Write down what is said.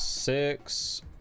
Six